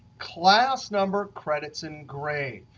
class number, credits, and grade.